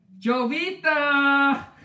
Jovita